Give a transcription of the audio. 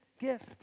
gift